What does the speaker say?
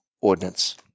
ordinance